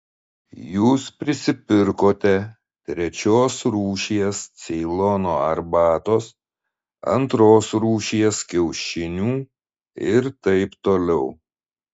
jūs prisipirkote trečios rūšies ceilono arbatos antros rūšies kiaušinių ir taip toliau